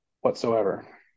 whatsoever